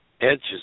Edges